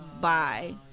bye